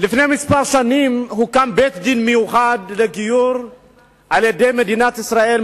לפני שנים מספר הוקם בית-דין מיוחד לגיור במדינת ישראל,